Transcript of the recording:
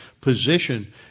position